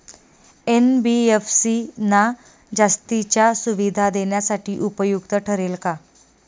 NBFC ना जास्तीच्या सुविधा देण्यासाठी उपयुक्त ठरेल का?